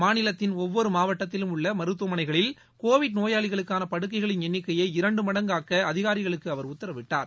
மாநிலத்தின் ஒவ்வொரு மாவட்டத்திலும் உள்ள மருத்துவமனைகளில் கோவிட் நோயாளிகளுக்கான படுக்கைகளின் எண்ணிக்கையை இரண்டு மடங்காக்க அதிகாரிகளுக்கு அவர் உத்தரவிட்டார்